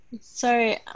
Sorry